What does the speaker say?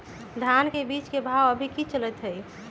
धान के बीज के भाव अभी की चलतई हई?